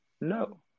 No